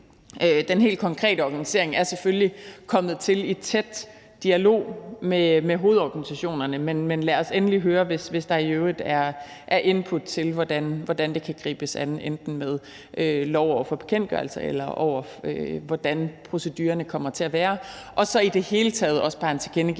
den helt konkrete organisering er selvfølgelig kommet til i tæt dialog med hovedorganisationerne, men lad os endelig høre, hvis der i øvrigt er input til, hvordan det kan gribes an, enten i forhold til lov og bekendtgørelse eller hvordan procedurerne kommer til at være. Så det er i det hele taget bare en tilkendegivelse